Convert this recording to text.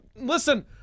listen